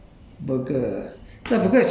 okay 我吃那个